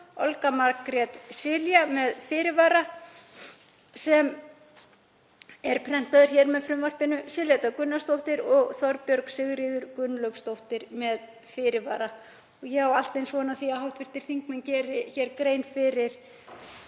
Olga Margrét Cilia, með fyrirvara, sem er prentaður með frumvarpinu, Silja Dögg Gunnarsdóttir og Þorbjörg Sigríður Gunnlaugsdóttir, með fyrirvara. Ég á allt eins von á því að hv. þingmenn geri hér grein fyrir